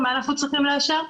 לאשר?